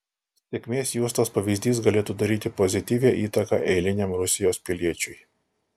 sėkmės juostos pavyzdys galėtų daryti pozityvią įtaką eiliniam rusijos piliečiui